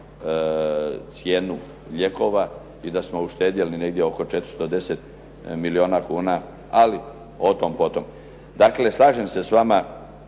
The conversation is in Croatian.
cijenu lijekova i da smo uštedjeli negdje oko 410 milijuna kuna ali o tom po tom. Dakle, slažem se s vama.